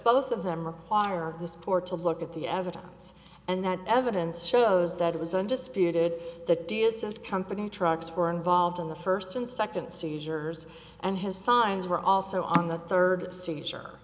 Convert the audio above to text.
both of them require this court to look at the evidence and that evidence shows that it was undisputed that dia's says company trucks were involved in the first and second seizures and his signs were also on the third seizure